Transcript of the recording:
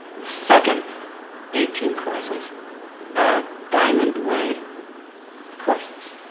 the second eighteen courses are dimond way courses.